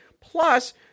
Plus